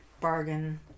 bargain